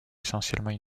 essentiellement